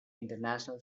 international